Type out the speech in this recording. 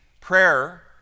prayer